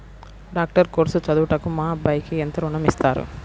Doctor course చదువుటకు మా అబ్బాయికి ఎంత ఋణం ఇస్తారు?